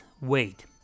wait